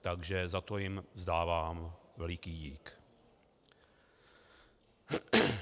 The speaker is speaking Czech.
Takže za to jim vzdávám veliký dík.